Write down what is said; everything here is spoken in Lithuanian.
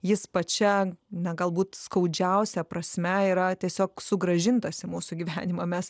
jis pačia na galbūt skaudžiausia prasme yra tiesiog sugrąžintas į mūsų gyvenimą mes